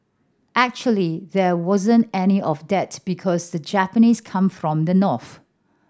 actually there wasn't any of that because the Japanese came from the north